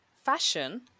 fashion